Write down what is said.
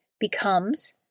becomes